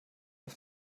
auf